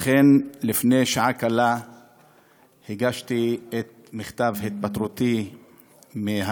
אכן, לפני שעה קלה הגשתי את מכתב התפטרותי מהכנסת